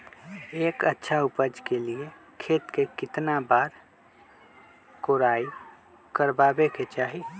एक अच्छा उपज के लिए खेत के केतना बार कओराई करबआबे के चाहि?